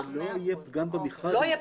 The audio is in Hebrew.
לא יהיה פגם במכרז.